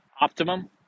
Optimum